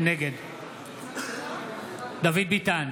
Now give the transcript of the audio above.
נגד דוד ביטן,